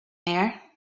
mayor